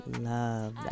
love